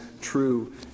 true